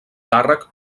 càrrec